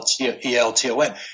E-L-T-O-N